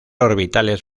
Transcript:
orbitales